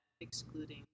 excluding